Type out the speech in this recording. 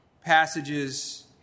passages